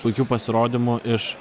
puikių pasirodymų iš